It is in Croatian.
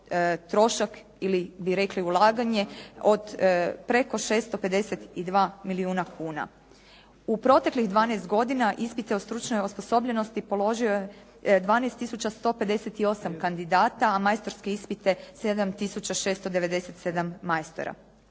trošak ili bi rekli ulaganje od preko 652 milijuna kuna. U proteklih 12 godina ispit je o stručnoj osposobljenosti položilo 12158 kandidata, a majstorske ispite 7697 majstora.